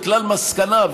לכלל מסקנה,